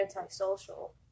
antisocial